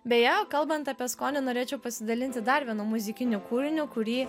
beje kalbant apie skonį norėčiau pasidalinti dar vienu muzikiniu kūriniu kurį